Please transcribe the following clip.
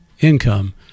income